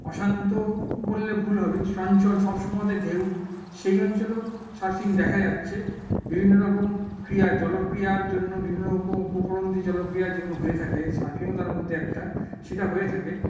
অশান্ত বললে ভুল হবে চঞ্চল সব সময়তে ঢেউ সেই অঞ্চলেও সার্ফিং দেখা যাচ্ছে বিভিন্নরকম ক্রিয়া জলক্রিয়ার জন্য বিভিন্নরকম উপকরন দিয়ে জলক্রিয়া যেগুলো হয়ে থাকে সার্ফিংও তার মধ্যে একটা সেটা হয়ে থাকে